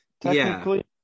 technically